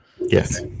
Yes